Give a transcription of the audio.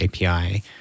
API